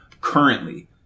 currently